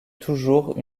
toujours